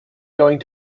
going